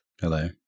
Hello